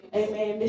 amen